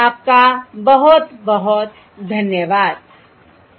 आपका बहुत बहुत धन्यवाद I